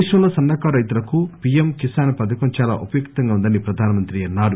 దేశంలో సన్న కారు రైతులకు పిఎమ్ కిసాన్ పథకం చాలా ఉపయుక్తంగా ఉందని ప్రధానమంత్రి అన్సారు